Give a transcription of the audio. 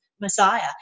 Messiah